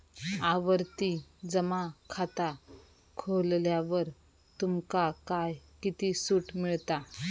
आवर्ती जमा खाता खोलल्यावर तुमका काय किती सूट मिळता?